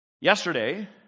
Yesterday